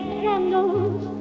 candles